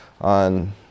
on